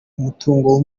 umutungo